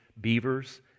beavers